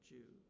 Jew